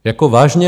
Jako vážně?